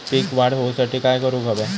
पीक वाढ होऊसाठी काय करूक हव्या?